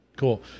Cool